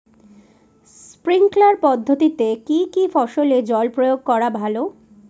Sprinkler পদ্ধতিতে কি কী ফসলে জল প্রয়োগ করা ভালো?